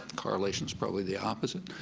correlation's probably the opposite.